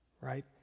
right